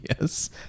Yes